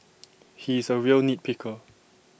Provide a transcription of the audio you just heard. he is A real nit picker